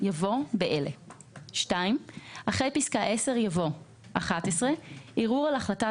יבוא "באלה"; (2)אחרי פסקה (10) יבוא: "(11)ערעור על החלטת